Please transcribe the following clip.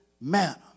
manner